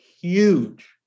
huge